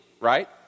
right